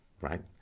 Right